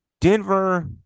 Denver